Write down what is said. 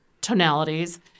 tonalities